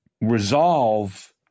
resolve